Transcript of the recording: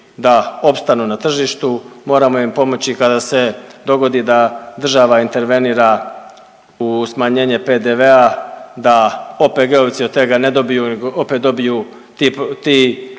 da opstanu na tržištu, moramo im pomoći kada se dogodi da država intervenira u smanjenje PDV-a da OPG-ovci od tega ne dobiju nego opet dobiju ti